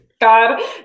God